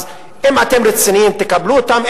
אז אם אתם רציניים, תקבלו אותן.